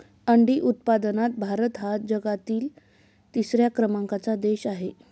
अंडी उत्पादनात भारत हा जगातील तिसऱ्या क्रमांकाचा देश आहे